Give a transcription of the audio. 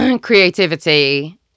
creativity